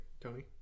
Tony